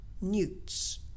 Newts